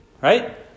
Right